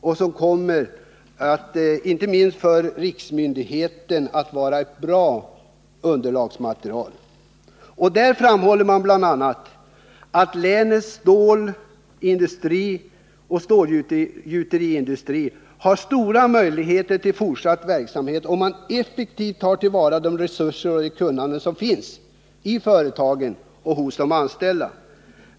Den kommer att bli ett bra underlagsmaterial, inte minst för riksmyndigheter. Där framhåller man bl.a. att länets stålindustri och stålgjuteriindustri har stora möjligheter till fortsatt verksamhet, om man effektivt tar till vara de resurser och det kunnande som finns i företagen och hos de anställda.